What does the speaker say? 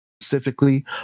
specifically